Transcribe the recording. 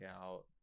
out